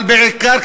אבל בעיקר,